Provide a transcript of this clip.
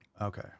Okay